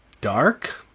Dark